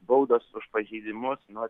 baudos už pažeidimus nuo